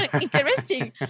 interesting